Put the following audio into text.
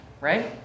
right